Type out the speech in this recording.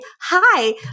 Hi